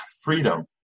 freedom